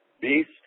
Beast